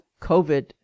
covid